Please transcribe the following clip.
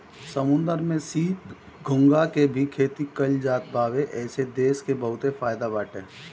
समुंदर में सीप, घोंघा के भी खेती कईल जात बावे एसे देश के बहुते फायदा बाटे